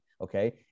Okay